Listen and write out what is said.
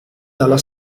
dalla